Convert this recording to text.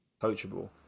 coachable